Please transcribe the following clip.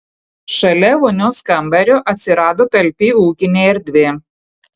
šalia vonios kambario atsirado talpi ūkinė erdvė